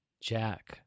Jack